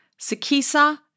Sakisa